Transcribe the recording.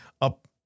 up